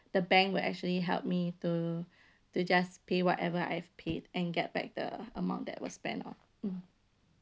the bank will actually help me to to just pay whatever I've paid and get back the amount that was spent lor mm